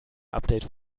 update